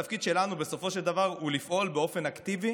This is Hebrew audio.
התפקיד שלנו בסופו של דבר הוא לפעול באופן אקטיבי